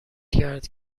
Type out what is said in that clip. کرد